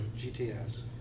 GTS